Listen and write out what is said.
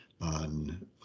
on